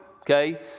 okay